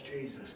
Jesus